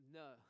no